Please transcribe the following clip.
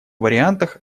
вариантах